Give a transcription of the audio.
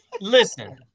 listen